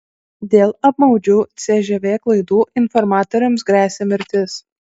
dėl apmaudžių cžv klaidų informatoriams gresia mirtis